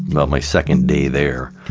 about my second day there,